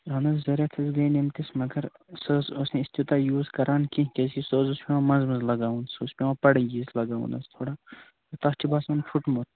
اَہَن حظ گٔے أمۍ کِس مگر سُہ حظ ٲسۍ نہٕ أسۍ تیوٗتاہ یوٗز کران کیٚنہہ کیٛازِ کہِ سُہ حظ اوس پٮ۪وان منٛزٕ منٛز لَگاوُن سُہ اوس پٮ۪وان لگاوُن حظ تھوڑا تَتھ چھِ باسان پھٕٹمُت